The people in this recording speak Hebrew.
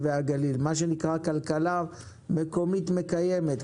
ומהגליל מה שנקרא כלכלה מקומית מקיימת,